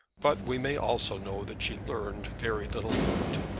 but we may also know that she learned very little from it.